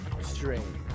strange